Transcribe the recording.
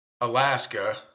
Alaska